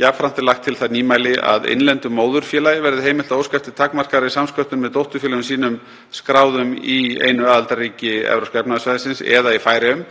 Jafnframt er lagt til það nýmæli að innlendu móðurfélagi verði heimilt að óska eftir takmarkaðri samsköttun með dótturfélögum sínum skráðum í einu aðildarríki Evrópska efnahagssvæðisins eða í Færeyjum,